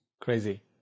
Crazy